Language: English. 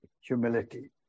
humility